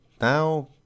Now